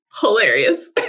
hilarious